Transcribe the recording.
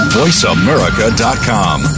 voiceamerica.com